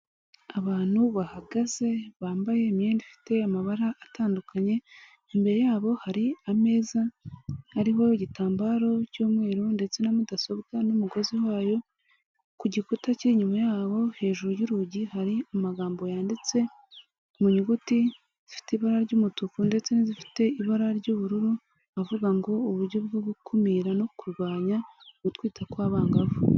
Abantu bahagaze bambaye imyenda ifite amabara atandukanye, imbere yabo hari ameza ariho igitambaro cy'umweru, ndetse na mudasobwa, n'umugozi wayo. Ku gikuta cyinyuma yabo hejuru y'urugi hari amagambo yanditse mu nyuguti zifite ibara ry'umutuku ndetse n'izifite ibara ry'ubururu avuga ngo, "uburyo bwo gukumira no kurwanya ugutwita kw'abangavu"